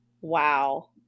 Wow